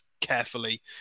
carefully